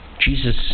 Jesus